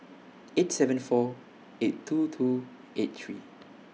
eight seven four eight two two eight three